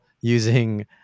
using